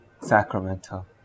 Sacramento